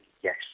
yes